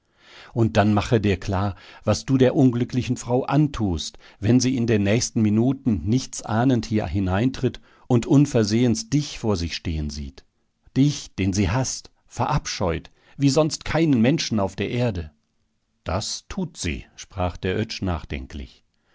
und dann mache dir klar was du der unglücklichen frau antust wenn sie in den nächsten minuten nichtsahnend hier hineintritt und unversehens dich vor sich stehen sieht dich den sie haßt verabscheut wie sonst keinen menschen auf der erde das tut sie sprach der oetsch nachdenklich